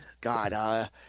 God